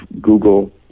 Google